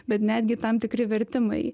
bet netgi tam tikri vertimai